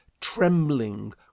trembling